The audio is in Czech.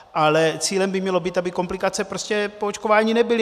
Ale cílem by mělo být, aby komplikace prostě po očkování nebyly.